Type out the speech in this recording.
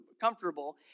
comfortable